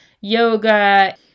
yoga